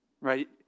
Right